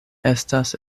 estas